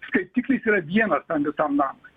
skaitiklis yra vienas tam visam namui